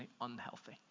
unhealthy